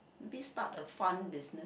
maybe start a fund business